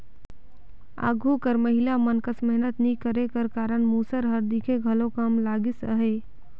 आघु कर महिला मन कस मेहनत नी करे कर कारन मूसर हर दिखे घलो कम लगिस अहे